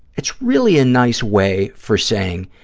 it's really a nice way for saying